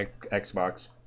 Xbox